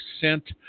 sent